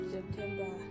September